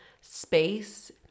space